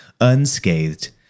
unscathed